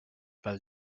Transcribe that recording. pel